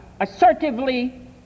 assertively